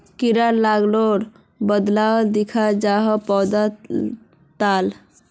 कीड़ा लगाले की बदलाव दखा जहा पौधा लात?